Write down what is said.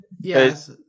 Yes